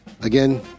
Again